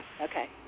Okay